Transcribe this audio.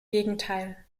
gegenteil